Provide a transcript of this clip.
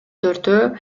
төртөө